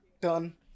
done